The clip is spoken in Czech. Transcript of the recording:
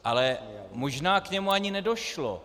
Ale možná k němu ani nedošlo.